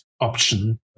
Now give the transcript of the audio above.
option